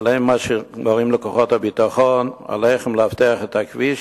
אבל הם אשר אומרים לכוחות הביטחון: עליכם לאבטח את הכביש,